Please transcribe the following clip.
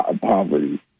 poverty